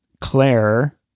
Claire